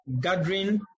gathering